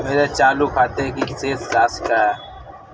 मेरे चालू खाते की शेष राशि क्या है?